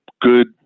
good